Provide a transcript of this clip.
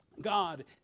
God